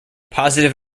positive